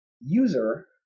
user